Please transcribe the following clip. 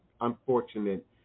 unfortunate